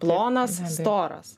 plonas storas